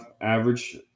average